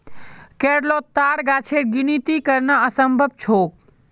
केरलोत ताड़ गाछेर गिनिती करना असम्भव छोक